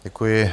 Děkuji.